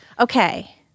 Okay